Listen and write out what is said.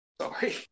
sorry